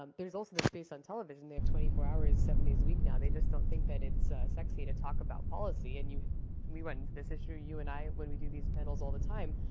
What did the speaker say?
um there's also the space on television. they have twenty four hours, seven days a week, now. they just don't think that it's sexy to talk about policy, and you we went into this issue, you and i, when we do these panels all the time.